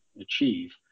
achieve